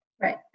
Right